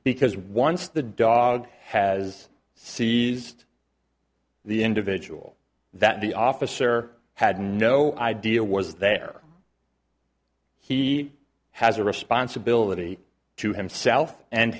because once the dog has seized the individual that the officer had no idea was there he has a responsibility to himself and